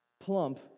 plump